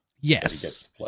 Yes